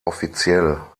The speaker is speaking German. offiziell